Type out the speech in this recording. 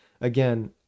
again